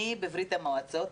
אני בברית המועצות,